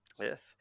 Yes